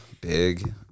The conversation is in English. big